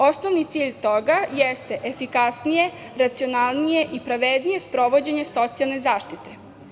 Osnovni cilj toga jeste efikasnije, racionalnije i pravednije sprovođenje socijalne zaštite.